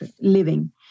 living